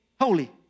holy